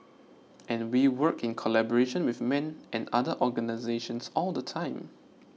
and we work in collaboration with men and other organisations all the time